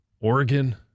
Oregon